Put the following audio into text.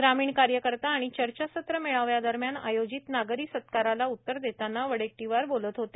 ग्रामीण कार्यकर्ता आणि चर्चासत्र मेळाव्यादरम्यान आयोजित नागरी सत्काराला उत्तर देताना वडेट्टीवार बोलत होते